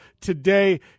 today